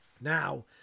Now